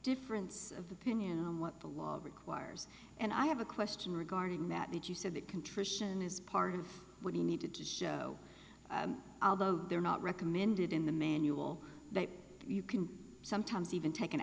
difference of opinion on what the law requires and i have a question regarding that that you said the contrition is part of what he needed to show although they're not recommended in the manual that you can sometimes even taken a